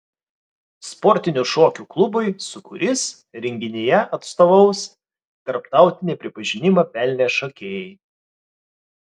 sportinių šokių klubui sūkurys renginyje atstovaus tarptautinį pripažinimą pelnę šokėjai